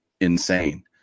insane